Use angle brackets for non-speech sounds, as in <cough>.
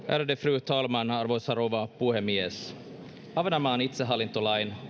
<unintelligible> ärade fru talman arvoisa rouva puhemies ahvenanmaan itsehallintolain